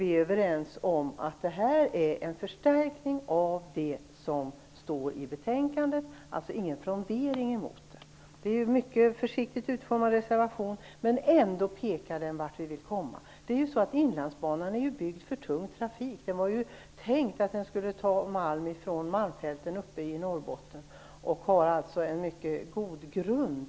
Vi är överens om att det är en förstärkning av det som står i betänkandet. Det är alltså ingen frondering emot det. Det är en mycket försiktigt utformad reservation. Men den pekar ändå vart vi vill komma. Norrbotten. Den har en mycket god grund.